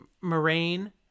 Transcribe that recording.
Moraine